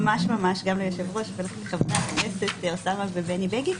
גם ליושב-ראש ולחברי הכנסת אוסאמה ובגין,